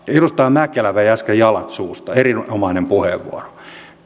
edustaja mäkelä vei äsken jalat suusta erinomainen puheenvuoro